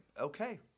okay